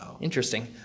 Interesting